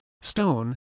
stone